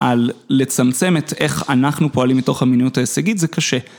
על לצמצם את איך אנחנו פועלים מתוך המיניות ההישגית זה קשה.